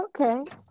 okay